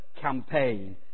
campaign